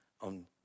on